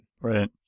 Right